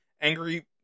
angry